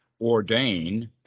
ordain